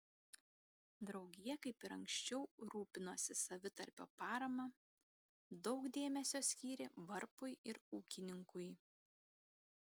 draugija kaip ir anksčiau rūpinosi savitarpio parama daug dėmesio skyrė varpui ir ūkininkui